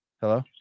Hello